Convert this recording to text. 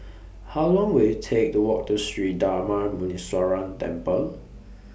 How Long Will IT Take to Walk to Sri Darma Muneeswaran Temple